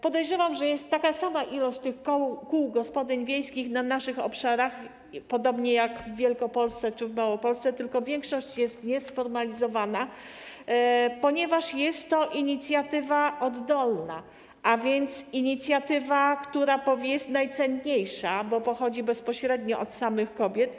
Podejrzewam, że jest taka sama liczba tych kół gospodyń wiejskich na naszych obszarach, podobnie jak w Wielkopolsce czy Małopolsce, tylko większość jest niesformalizowana, ponieważ jest to inicjatywa oddolna, a więc inicjatywa, która jest najcenniejsza, bo pochodzi bezpośrednio od samych kobiet.